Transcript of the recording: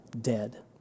dead